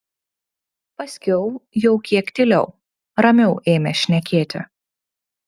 paskiau jau kiek tyliau ramiau ėmė šnekėti